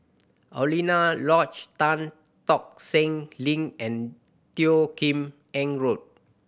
Alaunia Lodge Tan Tock Seng Link and Teo Kim Eng Road